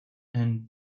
and